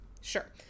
Sure